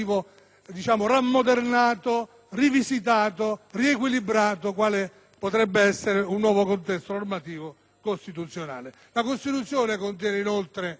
normativo riammodernato, rivisitato e riequilibrato, quale potrebbe essere quello di un nuovo contesto normativo costituzionale. La Costituzione contiene inoltre